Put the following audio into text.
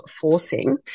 forcing